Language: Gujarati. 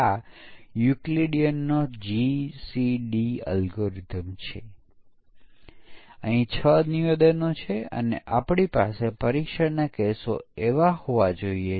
આ ખૂબ જ નાનું ફંકશન છે અને આપણે તેને પરીક્ષણ કરવાનો પ્રયાસ કરી રહ્યા છીએ